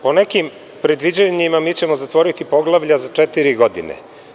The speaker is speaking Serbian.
Po nekim predviđanjima mi ćemo zatvoriti poglavlja za četiri godine.